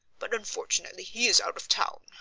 but unfortunately he is out of town.